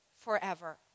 forever